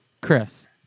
Chris